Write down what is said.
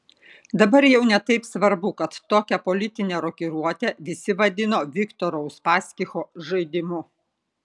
dabar jau ne taip svarbu kad tokią politinę rokiruotę visi vadino viktoro uspaskicho žaidimu